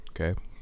Okay